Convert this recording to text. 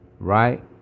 Right